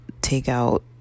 takeout